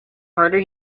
harder